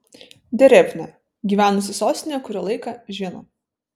derevnia gyvenusi sostinėje kurį laiką žino